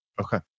Okay